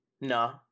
No